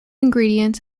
ingredients